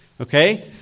okay